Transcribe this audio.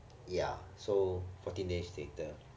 ya so fourteen days later